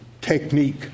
technique